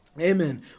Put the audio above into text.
Amen